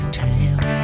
town